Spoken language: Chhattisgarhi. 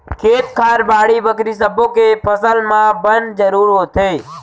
खेत खार, बाड़ी बखरी सब्बो के फसल म बन जरूर होथे